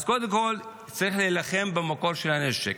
אז קודם כול צריך להילחם במקור של הנשק.